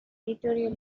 editorial